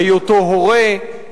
היותו הורה,